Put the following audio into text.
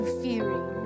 fearing